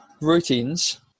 routines